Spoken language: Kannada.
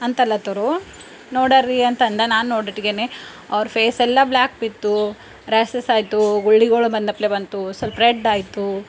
ಅಂತಲತ್ತುರು ನೋಡಾರ ರೀ ಅಂತ ಅಂದೆ ನಾನು ನೋಡುಷ್ಟಕೆ ಅವ್ರ ಫೇಸೆಲ್ಲ ಬ್ಲ್ಯಾಕ್ ಬಿತ್ತು ರ್ಯಾಸಸ್ ಆಯ್ತು ಗುಳ್ಳೆಗಳು ಬಂದಪ್ಲೆ ಬಂತು ಸ್ಲಲ್ಪ ರೆಡ್ ಆಯ್ತು